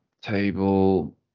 table